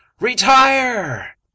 Retire